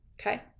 okay